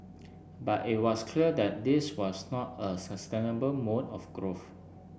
but it was clear that this was not a sustainable mode of growth